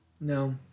No